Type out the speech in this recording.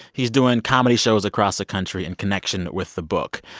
he's doing comedy shows across the country in connection with the book.